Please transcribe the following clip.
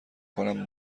کنم